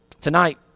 Tonight